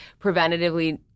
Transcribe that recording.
preventatively